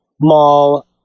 mall